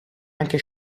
anche